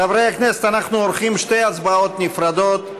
חברי הכנסת, אנחנו עורכים שתי הצבעות נפרדות,